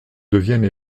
devienne